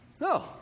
No